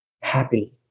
happy